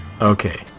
Okay